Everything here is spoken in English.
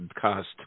cost